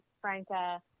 Franca